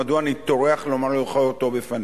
ומדוע אני טורח לומר לך אותו בפניך?